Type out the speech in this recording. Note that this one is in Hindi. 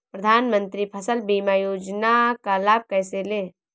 प्रधानमंत्री फसल बीमा योजना का लाभ कैसे लें?